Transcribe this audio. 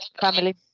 family